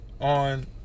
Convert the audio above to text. on